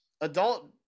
adult